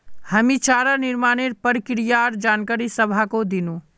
हामी चारा निर्माणेर प्रक्रियार जानकारी सबाहको दिनु